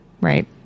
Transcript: Right